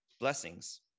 blessings